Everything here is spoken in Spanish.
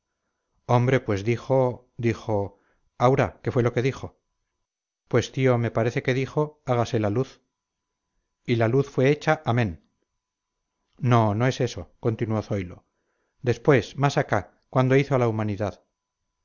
hombre pues dijo dijo aura qué fue lo que dijo pues tío me parece que dijo hágase la luz y la luz fue hecha amén no no es eso continuó zoilo después más acá cuando hizo a la humanidad